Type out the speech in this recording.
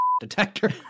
detector